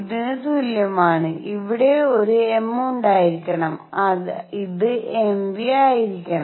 ഇതിന് തുല്യമാണ് ഇവിടെ ഒരു m ഉണ്ടായിരിക്കണം ഇത് m v ആയിരിക്കണം